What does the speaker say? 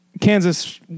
Kansas